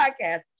podcast